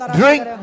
drink